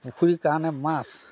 পুখুৰীৰ কাৰণে মাছ